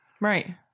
Right